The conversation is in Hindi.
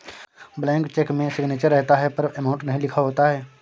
ब्लैंक चेक में सिग्नेचर रहता है पर अमाउंट नहीं लिखा होता है